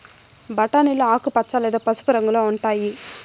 బఠానీలు ఆకుపచ్చ లేదా పసుపు రంగులో ఉంటాయి